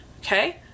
okay